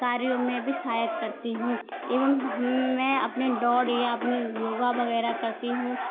कार्यो में भी सहायक करती हूँ एवं हम मैं अपने दौड़ या अपने योग वग़ैरह करती हूँ